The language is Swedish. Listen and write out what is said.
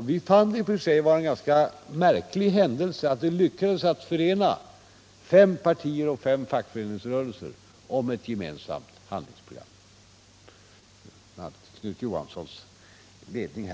Vi fann det i och för sig vara en ganska märklig händelse när det lyckades att förena fem partier och fem fackföreningsrörelser om ett gemensamt handlingsprogram under Knut Johanssons ledning.